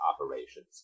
operations